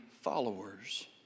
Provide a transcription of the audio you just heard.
followers